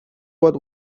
what